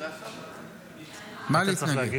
אחרי